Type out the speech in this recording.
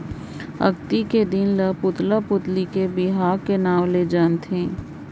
अक्ती के दिन ल पुतला पुतली के बिहा के नांव ले जानथें